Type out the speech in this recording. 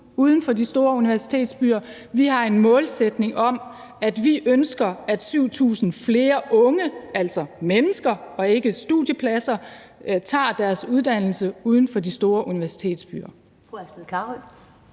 uden for de store universitetsbyer. Vi har en målsætning og et ønske om, at 7.000 flere unge, altså mennesker og ikke studiepladser, tager deres uddannelse uden for de store universitetsbyer.